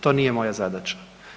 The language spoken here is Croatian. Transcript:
To nije moja zadaća.